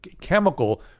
chemical